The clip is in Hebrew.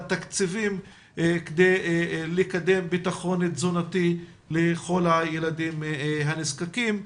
תקציבים כדי לקדם בטחון תזונתי לכל הילדים הנזקקים.